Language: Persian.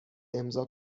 امضاء